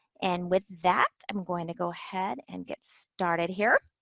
and with that, i'm going to go ahead and get started here.